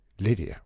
Lydia